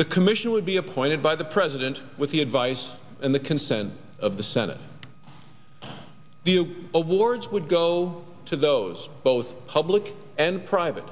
the commission would be appointed by the president with the advice and the consent of the senate view awards would go to those both public and private